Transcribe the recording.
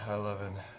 eleven,